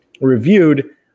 reviewed